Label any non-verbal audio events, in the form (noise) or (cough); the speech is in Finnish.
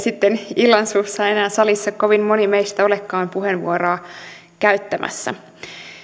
(unintelligible) sitten illansuussa enää salissa kovin moni meistä olekaan puheenvuoroa käyttämässä